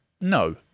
no